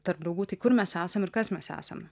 tarp draugų tai kur mes esam ir kas mes esam